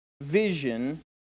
vision